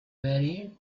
variant